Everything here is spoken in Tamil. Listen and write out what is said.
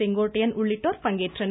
செங்கோட்டையன் உள்ளிட்டோர் பங்கேற்றனர்